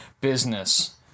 business